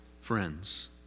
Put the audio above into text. friends